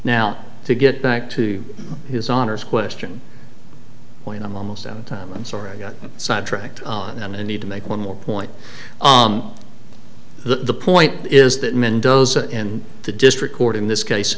now to get back to his honor's question when i'm almost out of time i'm sorry i got sidetracked on a need to make one more point the point is that mendoza in the district court in this case